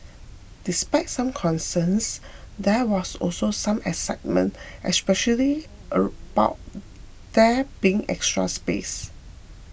despite some concerns there was also some excitement especially about there being extra space